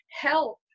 help